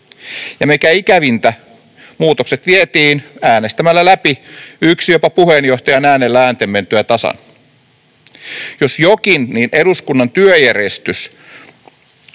Mikä ikävintä, muutokset vietiin äänestämällä läpi, yksi jopa puheenjohtajan äänellä äänten mentyä tasan. Jos jonkin, niin eduskunnan työjärjestyksen,